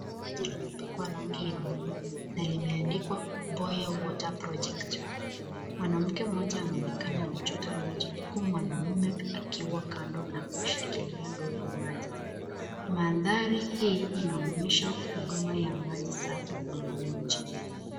Maji limepakwa rangi ya buluu na limeandikwa Boya Water Project . Mwanamke mmoja anaonekana anachota maji huku wanaume akiwa kando na kushikilia ndoo ya maji . Mandhari hii inaonyesha huduma ya maji safi kwa mwananchi .